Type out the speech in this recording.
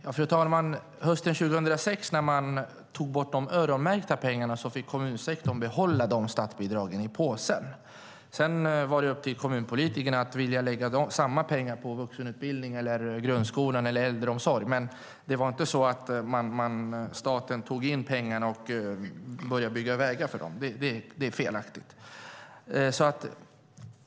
Fru talman! När man hösten 2006 tog bort de öronmärkta pengarna fick kommunsektorn behålla dessa statsbidrag i sin påse. Sedan var det upp till kommunpolitikerna om de ville lägga dessa pengar på vuxenutbildningen, grundskolan eller äldreomsorgen. Men staten tog inte in pengarna och började bygga vägar för dem. Det är felaktigt.